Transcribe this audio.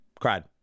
Cried